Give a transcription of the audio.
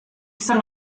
jsem